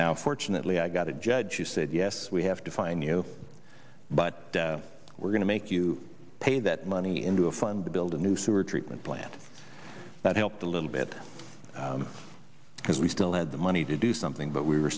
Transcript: now fortunately i got a judge who said yes we have to fine you but we're going to make you pay that money into a fund to build a new sewer treatment plant that helped a little bit because we still had the money to do something but we were